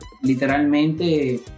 literalmente